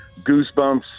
Goosebumps